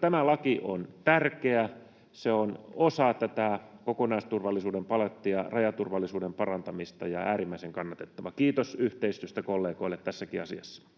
Tämä laki on tärkeä. Se on osa tätä kokonaisturvallisuuden palettia, rajaturvallisuuden parantamista ja äärimmäisen kannatettava. Kiitos yhteistyöstä kollegoille tässäkin asiassa.